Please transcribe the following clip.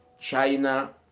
China